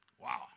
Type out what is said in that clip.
Wow